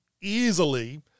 easily